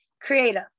creative